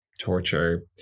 Torture